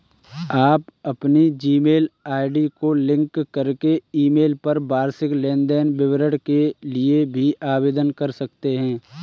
आप अपनी Gmail ID को लिंक करके ईमेल पर वार्षिक लेन देन विवरण के लिए भी आवेदन कर सकते हैं